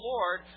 Lord